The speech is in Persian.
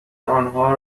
آنها